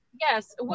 yes